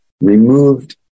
removed